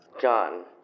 John